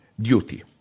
duty